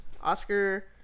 Oscar